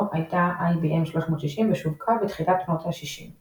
הייתה IBM/360 ושווקה בתחילת שנות ה־60.